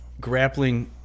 grappling –